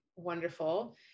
wonderful